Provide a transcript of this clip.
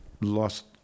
lost